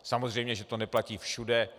Samozřejmě, že to neplatí všude.